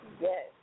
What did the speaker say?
Yes